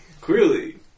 Clearly